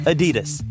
Adidas